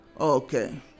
Okay